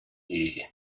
ehe